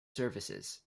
services